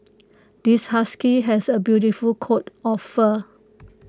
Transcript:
this husky has A beautiful coat of fur